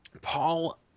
Paul